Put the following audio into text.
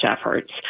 efforts